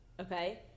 Okay